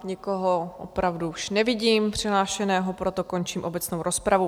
Nikoho opravdu už nevidím přihlášeného, proto končím obecnou rozpravu.